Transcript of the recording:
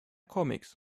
comics